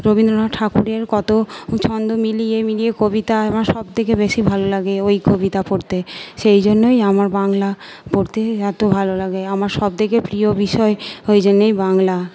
রবীন্দ্রনাথ ঠাকুরের কত ছন্দ মিলিয়ে মিলিয়ে কবিতা আমার সবথেকে বেশি ভালো লাগে ওই কবিতা পড়তে সেই জন্যই আমার বাংলা পড়তে এত ভালো লাগে আমার সবথেকে প্রিয় বিষয় ওই জন্যই বাংলা